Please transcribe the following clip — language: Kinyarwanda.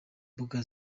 mbuga